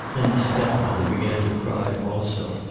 then the step-mother began to cry also.